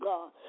God